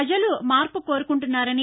పజలు మార్పు కోరుకుంటున్నారని